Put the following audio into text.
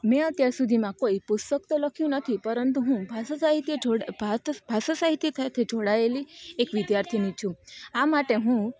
મેં અત્યાર સુધીમાં કોઈ પુસ્તક તો લખ્યું નથી પરંતુ હું ભાષા સાહિત્ય જોડે ભાત ભાષા સાહિત્ય સાથે જોડાયેલી એક વિદ્યાર્થીની છું આ માટે હું